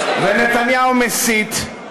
ונתניהו מסית.